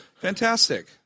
Fantastic